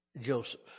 Joseph